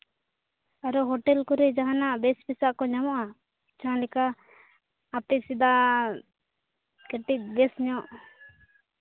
ᱟᱨᱚ ᱦᱳᱴᱮᱞ ᱠᱚᱨᱮ ᱡᱟᱦᱟᱱᱟᱜ ᱵᱮᱥ ᱵᱮᱥᱟᱜ ᱠᱚ ᱧᱟᱢᱚᱜᱼᱟ ᱡᱟᱦᱟᱸ ᱞᱮᱠᱟ ᱟᱯᱮ ᱥᱮᱱᱟᱜ ᱠᱟᱹᱴᱤᱡ ᱵᱮᱥ ᱧᱚᱜ